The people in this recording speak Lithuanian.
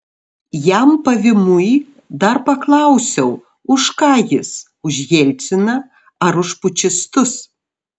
jam pavymui dar paklausiau už ką jis už jelciną ar už pučistus